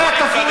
היה תפור.